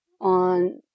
on